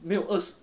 没有 us